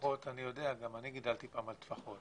גם אני גידלתי פעם על טפחות.